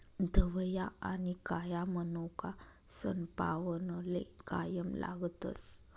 धवया आनी काया मनोका सनपावनले कायम लागतस